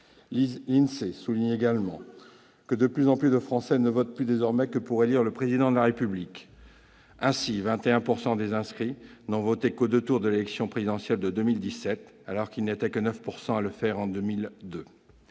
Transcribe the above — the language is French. L'INSEE souligne également que de plus en plus de Français ne votent plus désormais que pour élire le Président de la République. Ainsi, 21 % des inscrits n'ont voté qu'aux deux tours de l'élection présidentielle de 2017, contre 9 % en 2002.